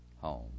home